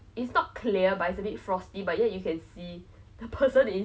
I remember out ah this eh no last year time flies